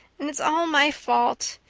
and it's all my fault.